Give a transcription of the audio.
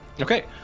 Okay